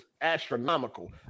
astronomical